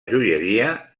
joieria